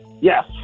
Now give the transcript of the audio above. Yes